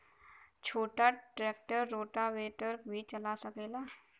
छोटा tractor rotavator भी चला सकेला?